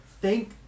thank